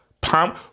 palm